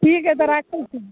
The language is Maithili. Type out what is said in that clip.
ठीक हय तऽ राखैत छी